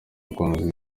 gukomeza